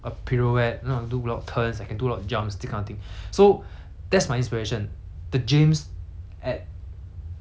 so that's my inspiration the james at you know like few years later that's my inspiration